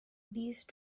these